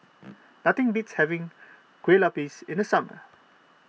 nothing beats having Kuih Lopes in the summer